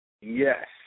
Yes